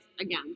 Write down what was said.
again